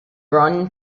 run